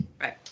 Right